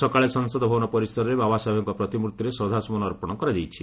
ସକାଳେ ସଂସଦ ଭବନ ପରିସରରେ ବାବାସାହେବଙ୍କ ପ୍ରତିମ୍ଭିରେ ଶ୍ରଦ୍ଧାସୁମନ ଅର୍ପଣ କରାଯାଇଛି